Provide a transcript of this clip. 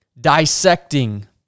dissecting